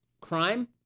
Crime